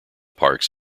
parks